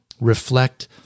reflect